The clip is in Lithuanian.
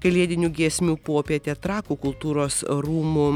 kalėdinių giesmių popietė trakų kultūros rūmų